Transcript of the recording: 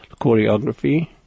choreography